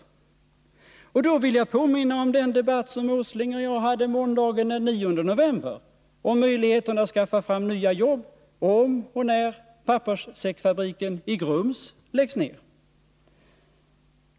I det sammanhanget vill jag påminna om den debatt som Nils Åsling och jag hade måndagen den 9 november om möjligheterna att skaffa fram nya jobb, om och när papperssäckfabriken i Grums läggs ner.